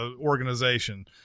organization